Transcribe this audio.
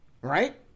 right